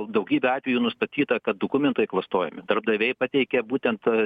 daugybė atvejų nustatyta kad dokumentai klastojami darbdaviai pateikia būtent